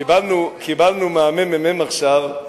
קיבלנו מהממ"מ עכשיו,